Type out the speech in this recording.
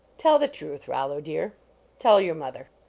tell the truth, rollo, dear tell your mother.